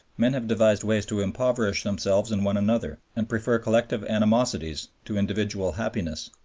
men have devised ways to impoverish themselves and one another and prefer collective animosities to individual happiness.